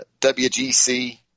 WGC